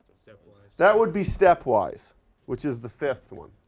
stepwise. that would be stepwise which is the fifth one,